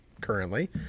currently